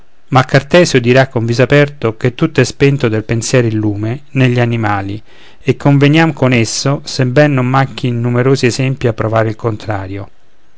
ma cartesio dirà con viso aperto che tutto è spento del pensier il lume negli animali e conveniam con esso sebben non manchin numerosi esempi a provare il contrario